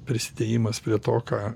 prisidėjimas prie to ką